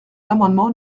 l’amendement